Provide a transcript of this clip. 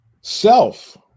self